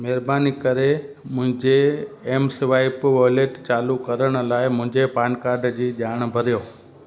महिरबानी करे मुंहिंजे एम स्वाइप वॉलेट चालू करण लाइ मुंहिंजे पान कार्ड जी ॼाणु भरियो